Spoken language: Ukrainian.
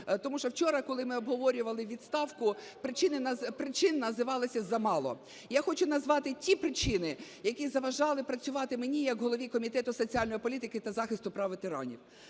тому що вчора, коли ми обговорювали відставку, причин називалося замало. Я хочу назвати ті причини, які заважали працювати мені як голові Комітету соціальної політики та захисту прав ветеранів.